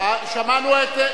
איזה דמוקרטיה,